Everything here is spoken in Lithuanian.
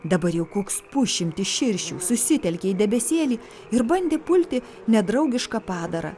dabar jau koks pusšimtis širšių susitelkė į debesėlį ir bandė pulti nedraugišką padarą